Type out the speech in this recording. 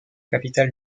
capitale